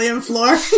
floor